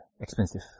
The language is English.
expensive